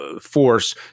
force